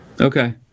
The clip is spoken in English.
Okay